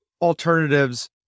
alternatives